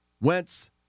Wentz